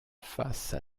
face